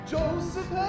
Joseph